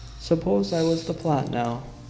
suppose i was the pilot now,